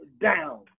down